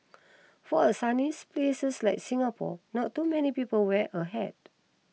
for a sunny places like Singapore not many people wear a hat